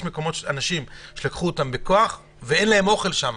יש אנשים שלקחו אותם בכוח ואין להם אוכל שם,